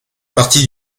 partie